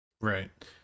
Right